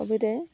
ক'ভিডে